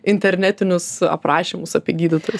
internetinius aprašymus apie gydytojus